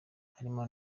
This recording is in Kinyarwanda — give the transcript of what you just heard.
harimo